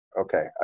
Okay